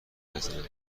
بزنم